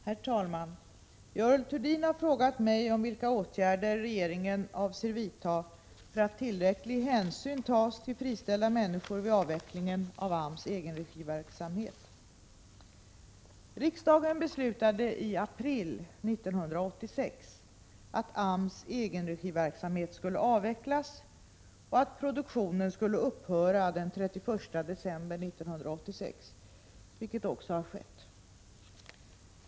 Herr talman! Görel Thurdin har frågat mig om vilka åtgärder regeringen avser vidta för att tillräcklig hänsyn tas till friställd personal vid avvecklingen av AMS egenregiverksamhet. Riksdagen beslutade i april 1986 att AMS egenregiverksamhet skulle avvecklas och att produktionen skulle upphöra den 31 december 1986, vilket också har skett.